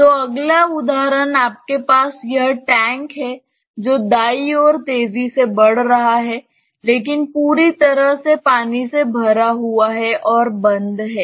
तो अगला उदाहरण आपके पास यह टैंक है जो दाईं ओर तेजी से बढ़ रहा है लेकिन पूरी तरह से पानी से भरा हुआ है और बंद है